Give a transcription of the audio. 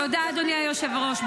תודה, אדוני היושב-ראש.